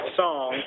song